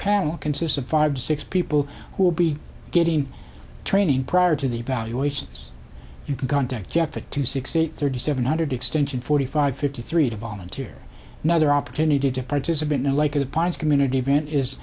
panel consists of five six people who will be getting training prior to the evaluations you can go on tech jeff a two sixty eight thirty seven hundred extension forty five fifty three to volunteer another opportunity to participate in a like a prize community event is